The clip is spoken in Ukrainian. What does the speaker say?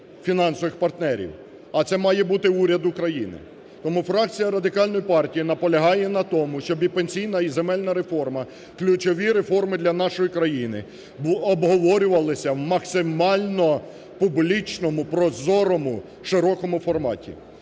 фінансових партнерів, а це має бути уряд України. Тому фракція Радикальної партії наполягає на тому, щоб і пенсійна, і земельна реформа, ключові реформи для нашої країни, обговорювалися в максимально публічному, прозорому, широкому форматі.